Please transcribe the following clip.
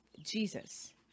Jesus